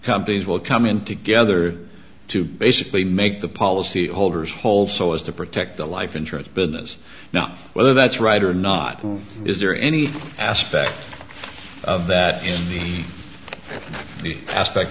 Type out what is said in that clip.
companies will come in together to basically make the policyholders whole so as to protect the life insurance business now whether that's right or not is there any aspect of that in the aspect